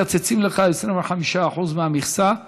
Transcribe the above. מקצצים לך 25% מהמכסה,